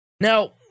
now